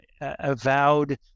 avowed